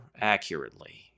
accurately